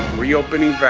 reopening.